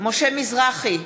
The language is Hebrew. משה מזרחי,